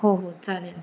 हो हो चालेल